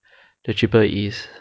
the cheaper it is